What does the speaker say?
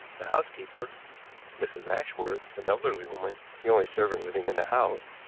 the housekeeper mrs. ashworth, an elderly woman the only servant living in the house,